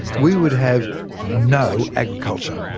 we would have no agriculture.